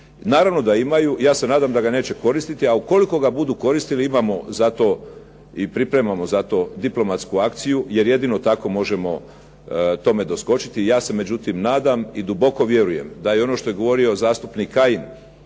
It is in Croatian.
Naravno da imaju, ja se nadam da ga neće koristiti, a ukoliko ga budu koristili imamo zato i pripremamo zato diplomatsku akciju, jer jedino tako možemo tome doskočiti. Ja se međutim nadam i duboko vjerujem, da je ono što je govorio zastupnik Kajin,